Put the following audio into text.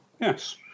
Yes